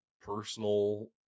personal